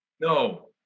No